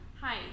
Hi